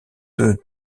deux